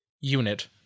unit